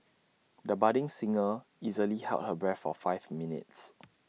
the budding singer easily held her breath for five minutes